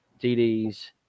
TDs